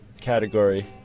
category